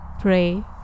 pray